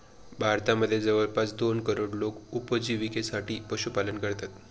भारतामध्ये जवळपास दोन करोड लोक उपजिविकेसाठी पशुपालन करतात